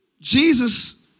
Jesus